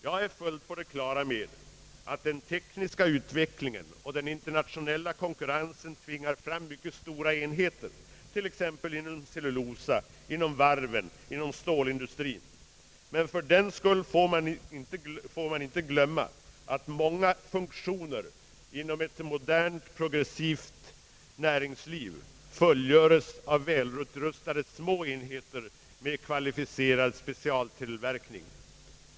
Jag är fullt på det klara med att den tekniska utvecklingen och den internationella konkurrensen tvingar fram mycket stora enheter, t.ex. inom cellulosa-, ståloch varvsindustrierna, men fördenskull får man inte glömma att många funktioner inom ett modernt progressivt näringsliv fullgöres av välutrustade små enheter med kvalificerad specialtillverkning.